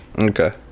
Okay